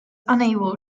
unable